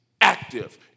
active